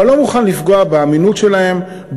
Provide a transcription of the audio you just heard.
אבל לא מוכן לפגוע באמינות שלהם,